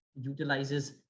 utilizes